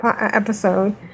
episode